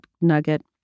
Nugget